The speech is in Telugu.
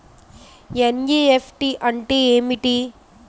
ఎన్.ఈ.ఎఫ్.టి అంటే ఏమిటి?